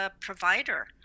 provider